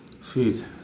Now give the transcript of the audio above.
Food